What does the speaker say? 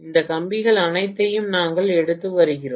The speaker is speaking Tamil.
இந்த கம்பிகள் அனைத்தையும் நாங்கள் எடுத்து வருகிறோம்